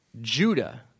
Judah